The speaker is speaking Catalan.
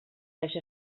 haja